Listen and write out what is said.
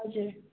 हजुर